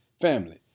Family